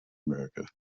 america